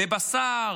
בבשר,